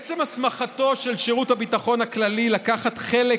עצם הסמכתו של שירות הביטחון הכללי לקחת חלק